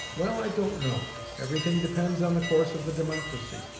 well, i don't know. everything depends on the course of the democracy.